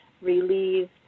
relieved